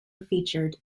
featured